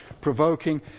provoking